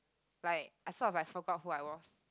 like I sort of like soak out who I was